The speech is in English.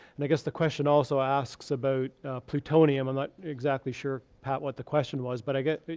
and i guess the question also asks about plutonium, i'm not exactly sure pat, what the question was, but i guess,